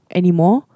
anymore